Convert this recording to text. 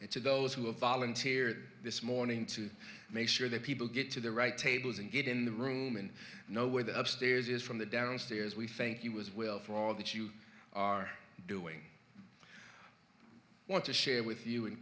to those who have volunteered this morning to make sure that people get to the right tables and get in the room and know where the upstairs is from the downstairs we think it was will for all that you are doing i want to share with you and